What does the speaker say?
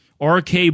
rk